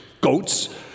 goats